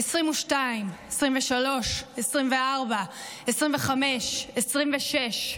22, 23, 24, 25, 26,